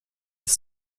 ist